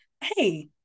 Hey